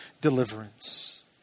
deliverance